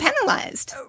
penalized